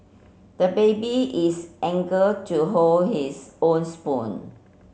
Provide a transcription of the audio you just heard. the baby is anger to hold his own spoon